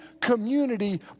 community